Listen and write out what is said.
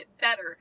better